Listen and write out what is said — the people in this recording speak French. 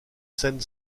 seine